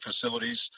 facilities